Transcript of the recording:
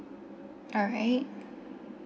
alright